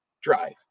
Drive